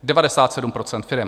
97 % firem!